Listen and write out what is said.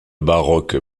baroque